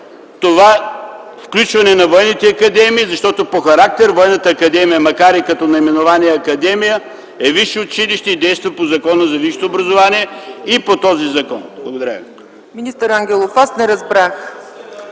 това включване на военните академии, защото по характер Военната академия, макар и като наименование академия, е висше училище, действащо по Закона за висшето образование и по този закон. Благодаря